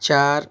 چار